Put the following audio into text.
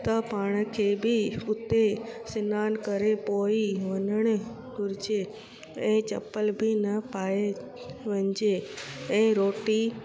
त पाण खे बि उते सनानु करे पो ई वञण घुरिजे ऐं चम्पल बि न पाए वञे ऐं रोटी